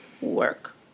work